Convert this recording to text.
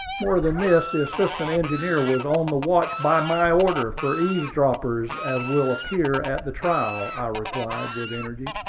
more than this, the assistant engineer was on the watch, by my order, for eavesdroppers, as will appear at the trial, i replied, with energy.